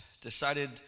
decided